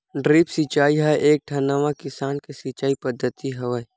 drip सिचई ह एकठन नवा किसम के सिचई पद्यति हवय